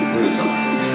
results